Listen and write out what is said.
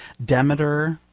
demeter,